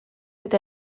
eta